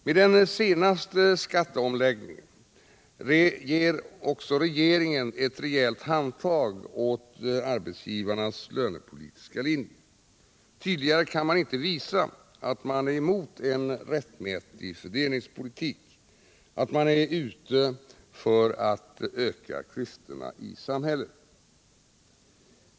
Med den senaste skatteomläggningen ger regeringen ett rejält handtag åt Arbetsgivareföreningens lönepolitiska linje. Tydligare kan man inte visa att man är emot en rättmätig fördelningspolitik, att man är ute för att öka klyftorna i samhället.